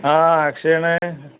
ആ അക്ഷയയാണ്